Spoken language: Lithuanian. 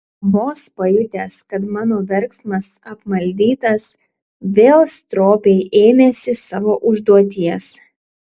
vos pajutęs kad mano verksmas apmaldytas vėl stropiai ėmėsi savo užduoties